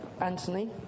Anthony